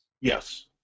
yes